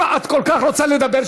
אם את כל כך רוצה לדבר,